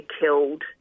killed